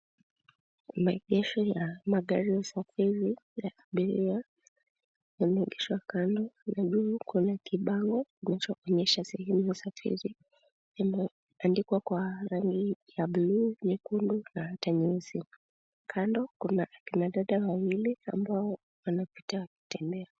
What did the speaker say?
Maegesho ya magari ya usafiri ya abiria yameegeshwa kando na juu kuna kibango kinachoonyesha sehemu ya usafiri. Imeandikwa kwa rangi ya buluu, nyekundu na hata nyeusi. Kando kuna akina dada wawili ambao wanapita wakitembea.